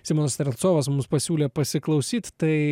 simonas strelcovas mus pasiūlė pasiklausyt tai